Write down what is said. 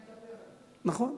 כן,